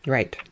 Right